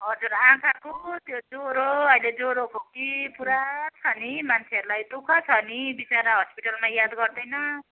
हजुर आँखाको त्यो ज्वरो अहिले ज्वरो खोकी पुरा छ नि मान्छेहरूलाई दुखः छ नि बिचरा हस्पिटलमा याद गर्दैन